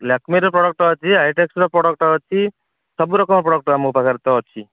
ଲାକ୍ମିର product ଅଛି ଆଇଟେକ୍ସର product ଅଛି ସବୁ ରକମ୍ ପ୍ରଡକ୍ଟ ମୋ ପାଖରେ ତ ଅଛି